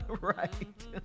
Right